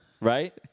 right